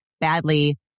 badly